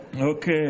Okay